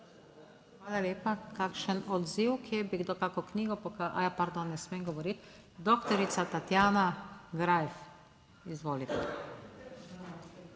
Hvala lepa. Kakšen odziv? Kje bi kdo kakšno knjigo... Aja, pardon, ne smem govoriti. Doktorica Tatjana Greif, izvolite.